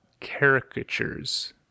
caricatures